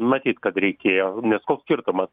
matyt kad reikėjo nes koks skirtumas